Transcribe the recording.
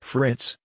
Fritz